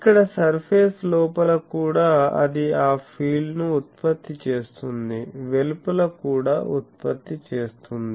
ఇక్కడ సర్ఫేస్ లోపల కూడా అది ఆ ఫీల్డ్ని ఉత్పత్తి చేస్తుంది వెలుపల కూడా ఉత్పత్తి చేస్తుంది